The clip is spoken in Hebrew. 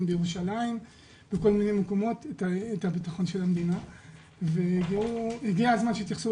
בירושלים ובכל מיני מקומות והגיע הזמן שיתייחסו